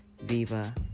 Viva